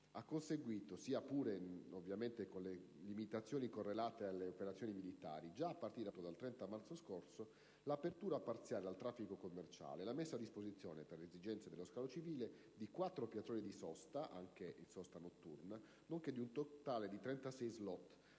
ha consentito, sia pure con le limitazioni correlate alle operazioni militari, già a partire dal 30 marzo scorso l'apertura parziale al traffico commerciale, con la messa a disposizione, per le esigenze dello scalo civile, di quattro piazzole di sosta, anche notturna, nonché di 36 *slot*